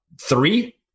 three